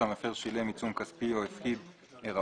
שהמפר שילם עיצום כספי או הפקיד עירבון,